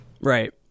Right